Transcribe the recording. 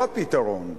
זה לא הפתרון,